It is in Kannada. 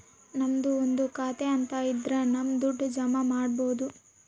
ನಮ್ದು ಒಂದು ಖಾತೆ ಅಂತ ಇದ್ರ ನಮ್ ದುಡ್ಡು ಜಮ ಮಾಡ್ಬೋದು